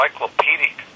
encyclopedic